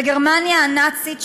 בגרמניה הנאצית,